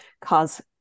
cause